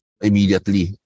immediately